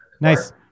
Nice